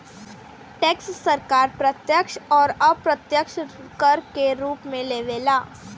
tax सरकार प्रत्यक्ष अउर अप्रत्यक्ष कर के रूप में लेवे ला